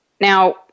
Now